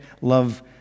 love